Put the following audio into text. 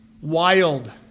wild